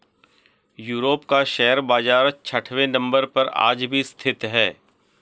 Europe का share बाजार छठवें नम्बर पर आज भी स्थित है